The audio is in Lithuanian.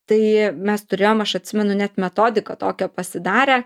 tai mes turėjom aš atsimenu net metodiką tokią pasidarę